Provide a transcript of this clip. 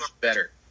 better